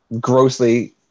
grossly